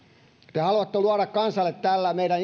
te haluatte luoda kansalle tällä meidän